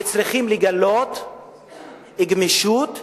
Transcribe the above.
וצריכים לגלות גמישות וחוכמה.